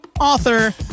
author